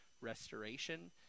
restoration